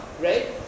right